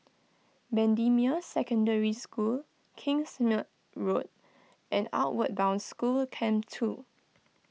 Bendemeer Secondary School Kingsmead Road and Outward Bound School Camp two